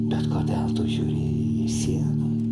bet kodėl tu žiūri į sieną